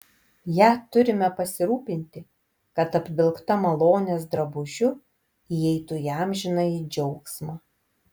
ja turime pasirūpinti kad apvilkta malonės drabužiu įeitų į amžinąjį džiaugsmą